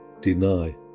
deny